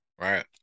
Right